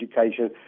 education